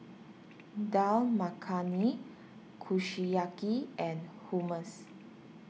Dal Makhani Kushiyaki and Hummus